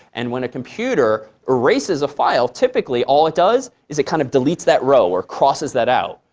and when a computer erases a file, typically all it does is it kind of deletes that row or crosses that out.